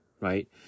Right